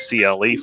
CLE